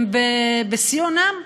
הם בשיא אונם.